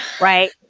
right